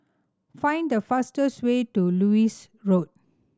find the fastest way to Lewis Road